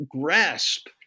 grasp